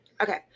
Okay